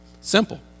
simple